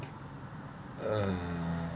uh